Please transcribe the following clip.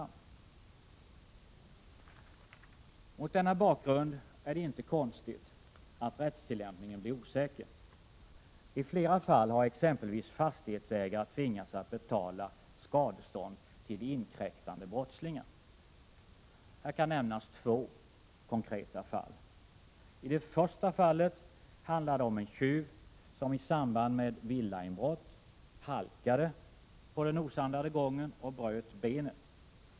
Mot denna bakgrund är det inte konstigt att rättstillämpningen blir osäker. I flera fall har exempelvis fastighetsägare tvingats att betala skadestånd till inkräktande brottslingar. Här kan nämnas två konkreta fall. I det första fallet handlar det om en tjuv som i samband med villainbrott halkade på den osandade gången och bröt benet.